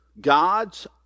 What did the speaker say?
god's